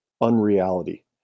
unreality